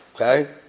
Okay